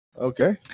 Okay